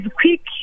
quick